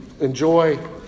enjoy